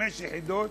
חמש יחידות,